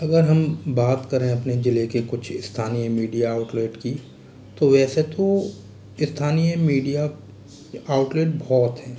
अगर हम बात करें अपने ज़िले के कुछ स्थानीय मीडिया आउटलेट की तो वैसे तो स्थानीय मीडिया आउटलेट बहुत हैं